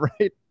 right